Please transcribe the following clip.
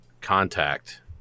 contact